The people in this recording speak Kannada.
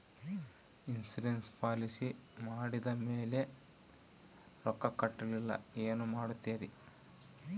ಇನ್ಸೂರೆನ್ಸ್ ಪಾಲಿಸಿ ಮಾಡಿದ ಮೇಲೆ ರೊಕ್ಕ ಕಟ್ಟಲಿಲ್ಲ ಏನು ಮಾಡುತ್ತೇರಿ?